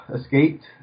escaped